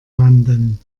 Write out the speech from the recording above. landen